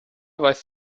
weißt